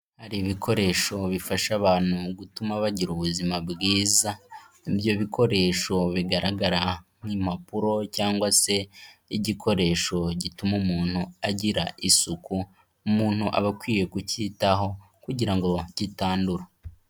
Hari ibikoresho bifasha abantu mu gutuma bagira ubuzima bwiza, ibyo bikoresho bigaragara nk'impapuro cyangwa se igikoresho gituma umuntu agira isuku. Umuntu aba akwiye kukitaho kugira ngo kitandura.